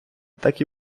так